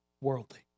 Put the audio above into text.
worldly